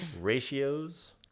Ratios